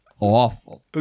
awful